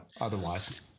otherwise